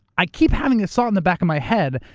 i keep having this thought in the back of my head.